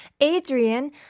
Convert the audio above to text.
Adrian